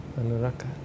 Anuraka